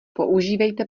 používejte